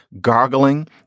gargling